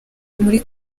muri